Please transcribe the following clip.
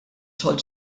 xogħol